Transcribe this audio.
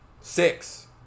six